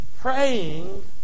Praying